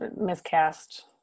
miscast